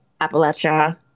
Appalachia